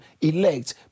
elect